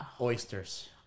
oysters